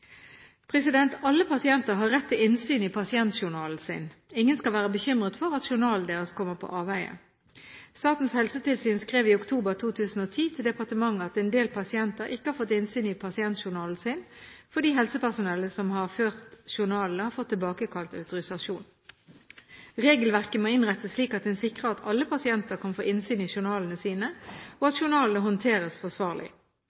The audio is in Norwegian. lovendringene. Alle pasienter har rett til innsyn i pasientjournalen sin. Ingen skal være bekymret for at journalen deres kommer på avveie. Statens helsetilsyn skrev i oktober 2010 til departementet at en del pasienter ikke har fått innsyn i pasientjournalen sin fordi helsepersonellet som har ført journalene, har fått tilbakekalt autorisasjonen. Regelverket må innrettes slik at en sikrer at alle pasienter kan få innsyn i journalene sine, og